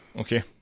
Okay